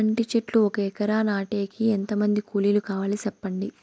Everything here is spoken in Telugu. అంటి చెట్లు ఒక ఎకరా నాటేకి ఎంత మంది కూలీలు కావాలి? సెప్పండి?